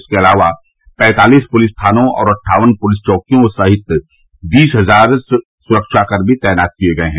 इसके अलावा पैंतालिस पुलिस थानों और अट्ठावन पुलिस चौकियों सहित बीस हज़ार सुरक्षा कर्मी तैनात किए गए हैं